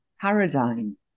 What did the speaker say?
paradigm